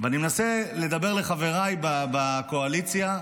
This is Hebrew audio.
אני מנסה לדבר לחבריי בקואליציה.